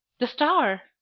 the star!